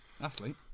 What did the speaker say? Athlete